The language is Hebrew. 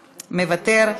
מוותר.